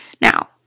Now